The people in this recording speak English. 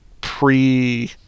pre